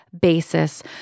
basis